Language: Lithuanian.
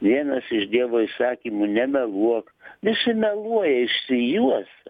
vienas iš dievo įsakymų nemeluok visi meluoja išsijuosę